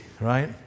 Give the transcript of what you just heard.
right